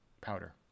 powder